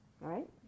right